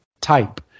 type